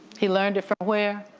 he learned it from where?